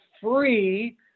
free